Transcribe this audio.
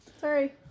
Sorry